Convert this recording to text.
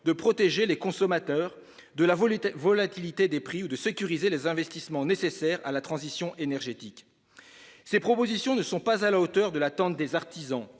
de protéger les consommateurs de la volatilité des prix ou de sécuriser les investissements nécessaires à la transition énergétique. Ces propositions ne sont pas à la hauteur de l'attente des artisans,